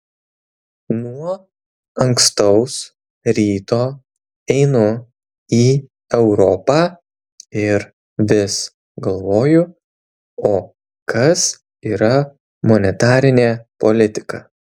nuo ankstaus ryto einu į europą ir vis galvoju o kas yra monetarinė politika